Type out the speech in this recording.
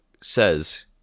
says